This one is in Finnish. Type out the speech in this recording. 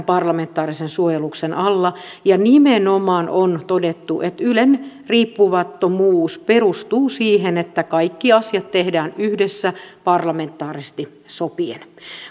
parlamentaarisen suojeluksen alla ja nimenomaan on todettu että ylen riippumattomuus perustuu siihen että kaikki asiat tehdään yhdessä parlamentaarisesti sopien